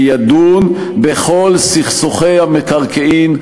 שידון בכל סכסוכי המקרקעין,